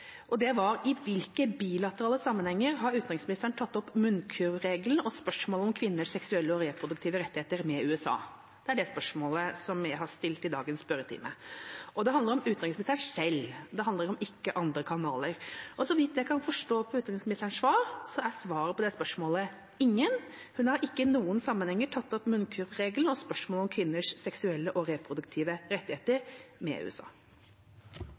og det var: I hvilke bilaterale sammenhenger har utenriksministeren tatt opp «munnkurvregelen» og spørsmål om kvinners seksuelle og reproduktive rettigheter med USA? Det er det spørsmålet som jeg har stilt i dagens spørretime, og det handler om utenriksministeren selv, det handler ikke om andre kanaler. Og så vidt jeg kan forstå på utenriksministerens svar, er svaret på det spørsmålet: ingen. Hun har ikke i noen sammenhenger tatt opp «munnkurvregelen» og spørsmålet om kvinners seksuelle og reproduktive rettigheter med USA.